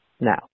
Now